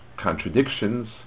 contradictions